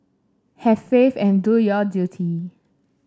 have faith and do your duty